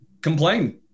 complain